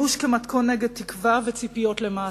ייאוש כמתכון לתקווה וציפיות למעשה,